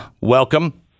welcome